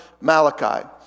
Malachi